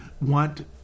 want